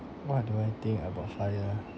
what do I think about FIRE